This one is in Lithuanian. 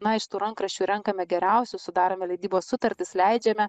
na iš tų rankraščių renkame geriausius sudarome leidybos sutartis leidžiame